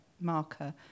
marker